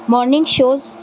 morning shows